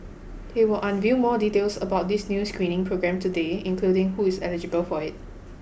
it will unveil more details about this new screening program today including who is eligible for it